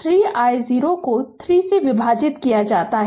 3 i0 को 3 से विभाजित किया जाता है